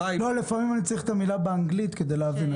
לפעמים אני צריך את המילה באנגלית, כדי להבין.